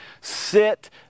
sit